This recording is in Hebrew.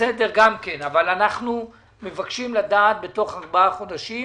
אבל אנחנו מבקשים לדעת בתוך ארבעה חודשים